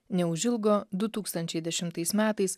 neužilgo du tūkstančiai dešimtais metais